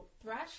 Thresh